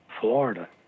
Florida